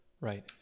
Right